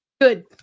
Good